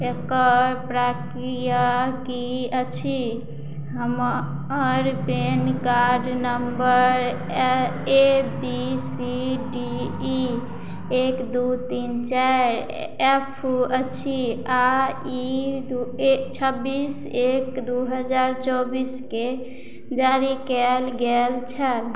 एकर प्राक्रिया की अछि हमर PAN card number A B C D E एक दू तीन चारि एफ अछि आ ई दू एक छब्बीस एक दू हजार चौबीस केँ जारी कयल गेल छल